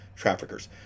Traffickers